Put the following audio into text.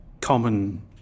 common